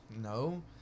no